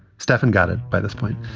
stefan got it by this point.